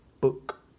Book